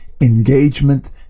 engagement